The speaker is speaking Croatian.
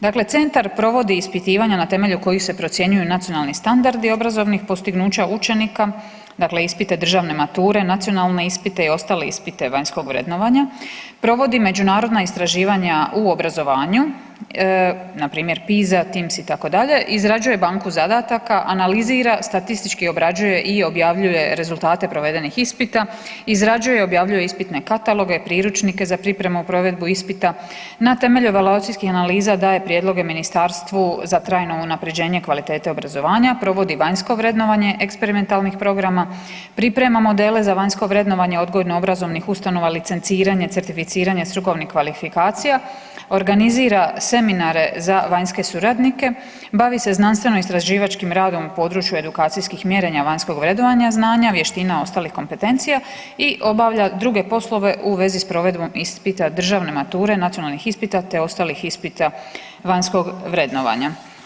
Dakle, Centar provodi ispitivanja na temelju kojih se procjenjuju nacionalni standardi obrazovnih postignuća učenika, dakle ispite državne mature, nacionalne ispite i ostale ispite vanjskog vrednovanja, provodi međunarodna istraživanja u obrazovanju, npr. PISA, TIMSS, itd.; izrađuje banku zadataka, analizira i statistički obrađuje i objavljuje rezultate provedenih ispita, izrađuje i objavljuje ispitne kataloge, priručnike za pripremu i provedbu ispita, na temelju evaluacijskih analiza, daje prijedloge Ministarstvu za trajno unaprjeđenje kvalitete obrazovanja, provodi vanjsko vrednovanje eksperimentalnih programa, priprema modele za vanjsko vrednovanje odgojno-obrazovnih ustanova, licenciranje, certificiranje strukovnih kvalifikacija, organizira seminare za vanjske suradnike, bavi se znanstven-istraživačkim radom u području edukacijskih mjerenja vanjskog vrednovanja znanja, vještina ostalih kompetencija i obavlja druge poslove u vezi s provedbom ispita državne mature, nacionalnih ispita te ostalih ispita vanjskog vrednovanja.